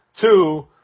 Two